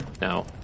Now